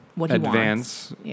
advance